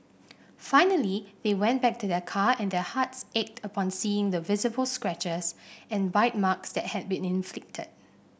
finally they went back to their car and their hearts ached upon seeing the visible scratches and bite marks that had been inflicted